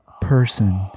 person